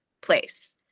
place